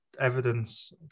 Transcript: evidence